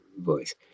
voice